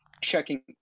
checking